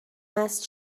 است